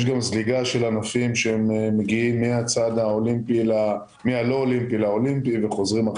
יש זליגה של ענפים שמגיעים מהלא אולימפי לאולימפי וחוזרים.